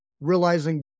realizing